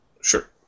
Sure